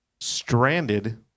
stranded